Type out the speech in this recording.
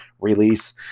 release